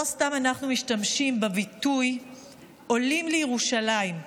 לא סתם אנחנו משתמשים בביטוי "עולים לירושלים".